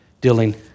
dealing